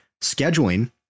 Scheduling